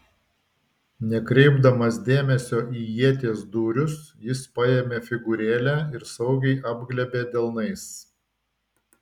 nekreipdamas dėmesio į ieties dūrius jis paėmė figūrėlę ir saugiai apglėbė delnais